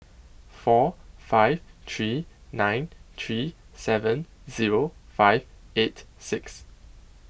four five three nine three seven zero five eight six